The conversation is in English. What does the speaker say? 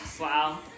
wow